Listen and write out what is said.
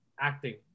acting